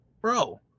bro